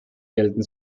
gelten